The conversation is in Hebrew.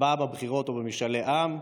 הצבעה בבחירות או במשאלי עם,